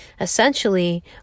Essentially